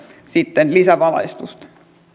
sitten lisävalaistusta